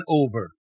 over